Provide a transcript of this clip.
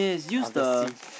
of the sea